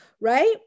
right